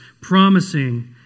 promising